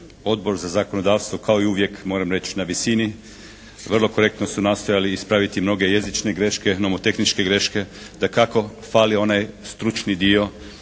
Odbor za zakonodavstvo kao i uvijek moram reći na visini. Vrlo korektno su nastojali ispraviti mnoge jezične greške, nomotehničke greške. Dakako fali onaj stručni dio